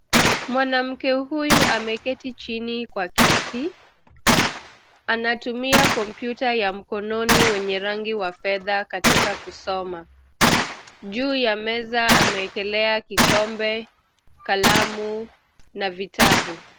Mwanamke huyu ameketi chini kwa kiti, anatumia kompyuta ya mkononi wenye rangi wa fedha katika kusoma, juu ya meza amewekelea kikombe, kalamu na vitabu.